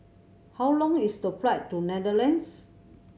how long is the flight to Netherlands